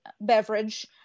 beverage